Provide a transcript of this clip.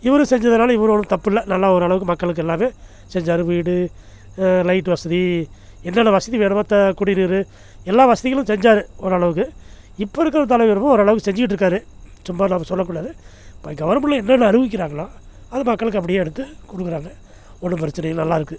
இவரும் செஞ்சதனலே இவரும் ஒன்றும் தப்பில்லை நல்லா ஓரளவுக்கு மக்களுக்கு எல்லாமே செஞ்சார் வீடு லைட் வசதி என்னென்ன வசதி வேணுமோ த குடிநீர் எல்லா வசதிகளும் செஞ்சார் ஓரளவுக்கு இப்போ இருக்கிற தலைவரும் ஓரளவுக்கு செஞ்சுக்கிட்ருக்காரு சும்மா நம்ம சொல்லக்கூடாது இப்போ கவர்மெண்ட்டில் என்னென்ன அனுபவிக்கிறாங்களோ அது மக்களுக்கு அப்படியே எடுத்து கொடுக்குறாங்க ஒன்றும் பிரச்சினை இல்லை நல்லா இருக்குது